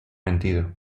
mentido